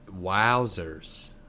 Wowzers